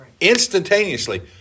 instantaneously